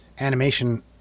animation